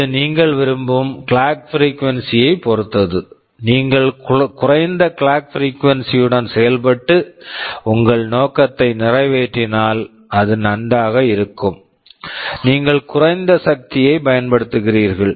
இது நீங்கள் விரும்பும் கிளாக் பிரீக்வென்சி clock frequency ஐப் பொறுத்தது நீங்கள் குறைந்த கிளாக் பிரீக்வென்சி clock frequency யுடன் செயல்பட்டு உங்கள் நோக்கத்தை நிறைவேற்றினால் அது நன்றாக இருக்கும் நீங்கள் குறைந்த சக்தியை பயன்படுத்துகிறீர்கள்